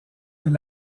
mais